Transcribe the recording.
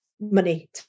money